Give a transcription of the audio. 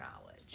knowledge